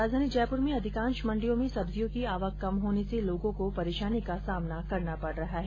राजधानी जयप्र में अधिकांश मंडियों में सब्जियों की आवक कम होने से लोगों को परेशानी का सामना करना पड रहा है